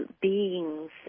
beings